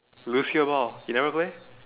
lose you ball you never play